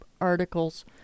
articles